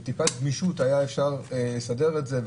בטיפת גמישות, היה אפשר לסדר את זה.